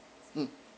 mm